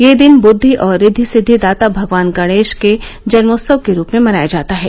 यह दिन बुद्धि और ऋद्वि सिद्दि दाता भगवान गणेश के जन्मोत्सव के रूप में मनाया जाता है